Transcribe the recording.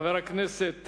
חבר הכנסת